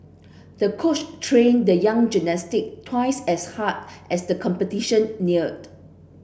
the coach trained the young gymnast twice as hard as the competition neared